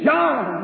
John